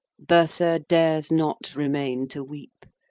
bertha dares not remain to weep,